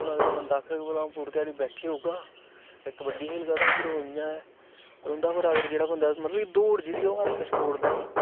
हून अगर बंदा आक्खग पूरी घ्याड़ी बैठी रौहगा ते कबड्डी खेलगा ते फिर ओह् इयां गै रौंहदा पर अगर जेहडा बंदा मतलब दौड़ जेहड़ी ऐ ओह् हर इक स्पोट तांई